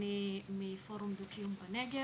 אני מפורום דו קיום בנגב